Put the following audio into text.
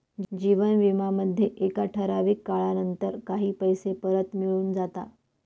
जीवन विमा मध्ये एका ठराविक काळानंतर काही पैसे परत मिळून जाता